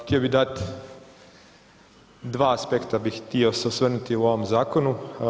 Htio bi dat, dva aspekta bi htio se osvrnuti u ovom zakonu.